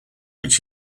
which